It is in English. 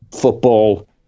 football